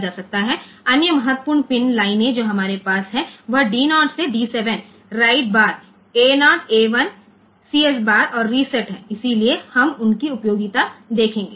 હવે અન્ય મહત્વપૂર્ણ પિન લાઇન કે જે આપણી પાસે છે તે D0 થી D7 રીડ બાર છે પરંતુ A0 A1 CS બાર અને રીસેટ ની ઉપયોગિતા આપણે જોઈશું